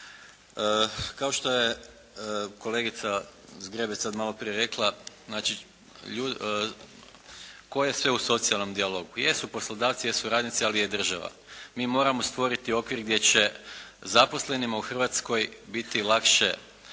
Kao što je kolegica Zgrebec sad malo prije rekla, znači tko je sve u socijalnom dijalogu. Jesu poslodavci, jesu radnici ali je i država. Mi moramo stvoriti okvir gdje će zaposlenima u Hrvatskoj biti lakše